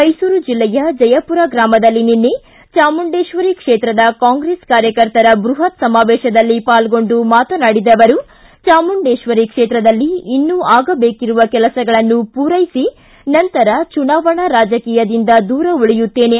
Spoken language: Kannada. ಮೈಸೂರು ಜಲ್ಲೆಯ ಜಯಪುರ ಗ್ರಾಮದಲ್ಲಿ ನಿನ್ನೆ ಚಾಮುಂಡೇಶ್ವರಿ ಕ್ಷೇತ್ರದ ಕಾಂಗ್ರೆಸ್ ಕಾರ್ಯಕರ್ತರ ಬೃಹತ್ ಸಮಾವೇಶದಲ್ಲಿ ಪಾಲ್ಗೊಂಡು ಮಾತನಾಡಿದ ಅವರು ಚಾಮುಂಡೇಶ್ವರಿ ಕ್ಷೇತ್ರದಲ್ಲಿ ಇನ್ನೂ ಆಗಬೇಕಿರುವ ಕೆಲಸಗಳನ್ನು ಪೂರೈಸಿ ನಂತರ ಚುನಾವಣಾ ರಾಜಕೀಯದಿಂದ ದೂರ ಉಳಿಯುತ್ತೇನೆ